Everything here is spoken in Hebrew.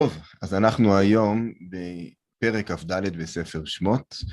טוב, אז אנחנו היום בפרק כ"ד בספר שמות.